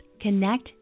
connect